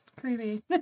creepy